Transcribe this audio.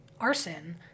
arson